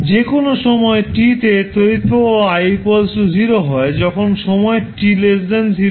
যে কোনও সময় t তে তড়িৎ প্রবাহ i 0 হয় যখন সময় t 0 হয়